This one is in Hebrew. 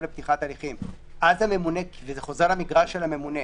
לפתיחת הליכים וזה חוזר למגרש של הממונה,